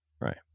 Right